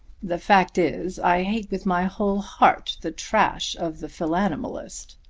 the fact is i hate with my whole heart the trash of the philanimalist.